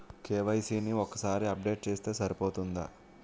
KYC ని ఒక్కసారి update చేస్తే సరిపోతుందా?